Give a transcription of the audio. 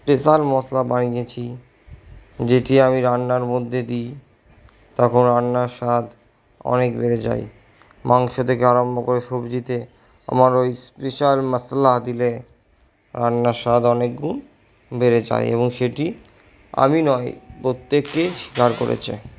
special মশলা বানিয়েছি যেটি আমি রান্নার মধ্যে দিই তখন রান্নার স্বাদ অনেক বেড়ে যায় মাংস থেকে আরম্ভ করে সবজিতে আমার ওই স্পেশাল মাশলা দিলে রান্নার স্বাদ অনেক গুণ বেড়ে যায় এবং সেটি আমি নয় প্রত্যেকেই স্বীকার করেছে